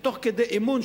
שתוך כדי אימון,